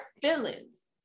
feelings